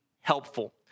helpful